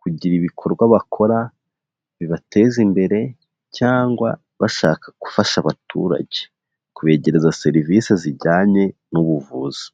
kugira ibikorwa bakora bibateza imbere cyangwa bashaka gufasha abaturage kubegereza serivisi zijyanye n'ubuvuzi.